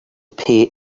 pay